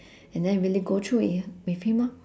and then really go through it with him lor